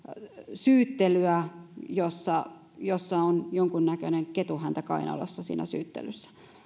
syyttelyä jossa jossa on jonkunnäköinen ketunhäntä kainalossa